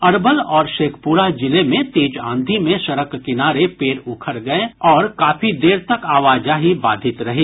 अरवल और शेखपुरा जिले में तेज आंधी में सड़क किनारे पेड़ उखड़ कर गिरने से काफी देर तक आवाजाही बाधित रही